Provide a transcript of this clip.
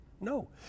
No